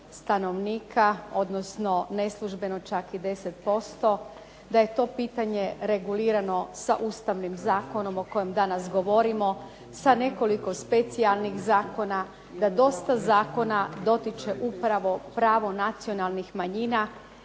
stanovnika, odnosno neslužbeno čak i 10%, da je to pitanje regulirano sa Ustavnim zakonom o kojem danas govorimo, sa nekoliko specijalnih zakona, da dosta zakona dotiče upravo pravo nacionalnih manjina